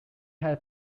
had